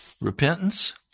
repentance